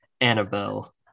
Annabelle